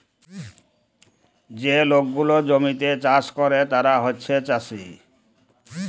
যে লক গুলা জমিতে চাষ ক্যরে তারা হছে চাষী